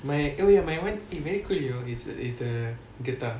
my oh wait my [one] eh very cool you know it's it's a getah